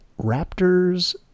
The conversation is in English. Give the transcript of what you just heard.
Raptors